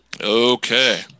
Okay